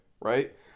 right